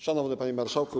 Szanowny Panie Marszałku!